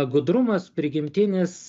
gudrumas prigimtinis